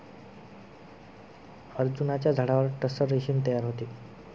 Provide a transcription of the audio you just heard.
अर्जुनाच्या झाडावर टसर रेशीम तयार होते